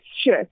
sure